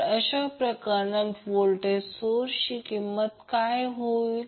तर अशा प्रकरणात व्होल्टेज सोर्सची किंमत काय होईल